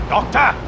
Doctor